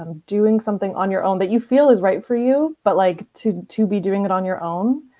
um doing something on your own but you feel is right for you, but like to to be doing it on your own,